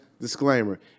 disclaimer